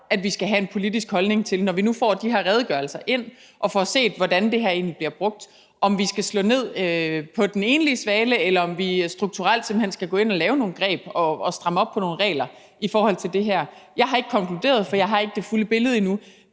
at vi skal have en politisk holdning til det. Når vi nu får de her redegørelser ind og får set, hvordan det her egentlig bliver brugt, skal vi så slå ned på den enlige svale, eller skal vi simpelt hen strukturelt gå ind at lave nogle greb og stramme op på nogle regler i forhold til det her? Jeg har ikke konkluderet, for jeg har ikke det fulde billede endnu,